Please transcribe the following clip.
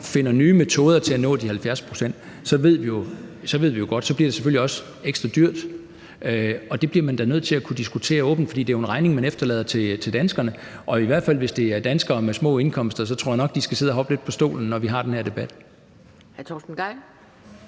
bringer nye metoder til at nå de 70 pct., ved vi jo godt, at det selvfølgelig bliver ekstra dyrt. Det bliver man da nødt til at kunne diskutere åbent, for det er jo en regning, der bliver efterladt til danskerne, og hvis det er til danskere med små indkomster, så tror jeg nok, at de vil sidde og hoppe lidt på stolen, når vi har den her debat.